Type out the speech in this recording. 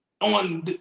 on